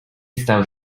stał